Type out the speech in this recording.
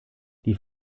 die